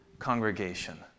congregation